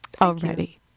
already